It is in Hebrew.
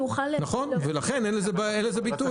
נכון, ולכן אין לזה ביטוי.